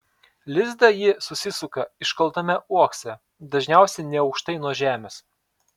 lizdą ji susisuka iškaltame uokse dažniausiai neaukštai nuo žemės